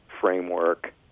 framework